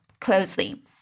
closely